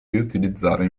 riutilizzare